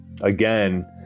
again